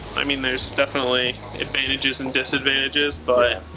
i mean there's definitely advantages and disadvantages but,